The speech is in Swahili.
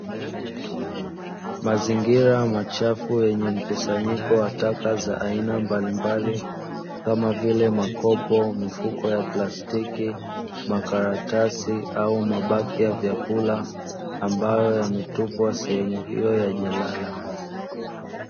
Mazingira machafu yenye mkusanyiko wa taka za aina mbalimbali kama vile; makopo, mifuko ya plastiki, makaratasi au mabaki ya vyakula ambayo yametupwa sehemu hiyo ya jalala.